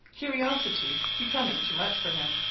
curiosity becoming too much for him,